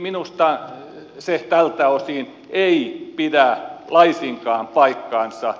minusta se tältä osin ei pidä laisinkaan paikkaansa